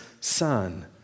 Son